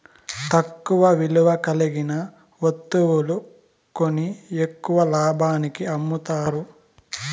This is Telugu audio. తక్కువ విలువ కలిగిన వత్తువులు కొని ఎక్కువ లాభానికి అమ్ముతారు